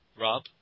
Rob